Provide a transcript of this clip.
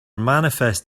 manifest